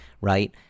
Right